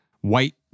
white